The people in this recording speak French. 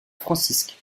francisque